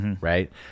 Right